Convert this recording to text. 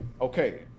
okay